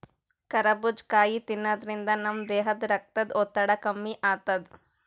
ಕರಬೂಜ್ ಕಾಯಿ ತಿನ್ನಾದ್ರಿನ್ದ ನಮ್ ದೇಹದ್ದ್ ರಕ್ತದ್ ಒತ್ತಡ ಕಮ್ಮಿ ಆತದ್